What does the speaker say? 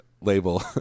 label